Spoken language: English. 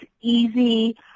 easy